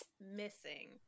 missing